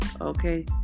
Okay